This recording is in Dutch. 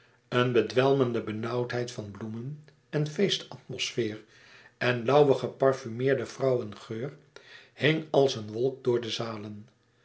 een bedwelmende benauwdheid van bloemen en feestatmosfeer en lauwen geparfumeerden vrouwengeur hing als een wolk door de zalen